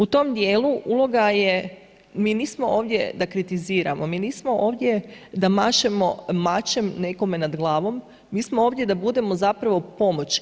U tom dijelu, uloga je, mi nismo ovdje da kritiziramo, mi nismo ovdje da mašemo mačem nekome nad glavom, mi smo ovdje da budemo zapravo pomoć.